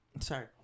Sorry